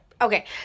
Okay